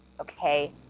Okay